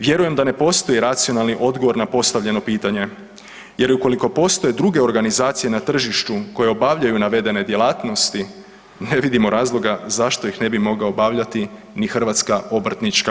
Vjerujem da ne postoji racionalni odgovor na postavljeno pitanje jer ukoliko postoje druge organizacije na tržištu koje obavljaju navedene djelatnosti, ne vidimo razloga zašto ih ne bi mogao obavljati ni HOK.